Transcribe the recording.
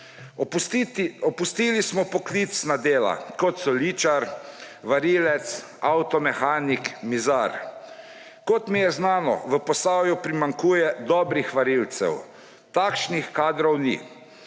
Opustili smo poklicna dela, kot so: ličar, varilec, avtomehanik, mizar. Kot mi je znano, v Posavju primanjkuje dobrih varilcev, takšnih kadrov ni.